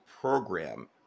program